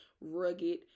rugged